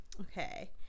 Okay